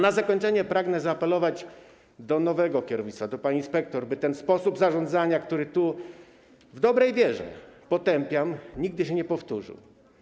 Na zakończenie pragnę zaapelować do nowego kierownictwa, do pani inspektor, by ten sposób zarządzania, który tu, w dobrej wierze, potępiam, nigdy się nie powtórzył.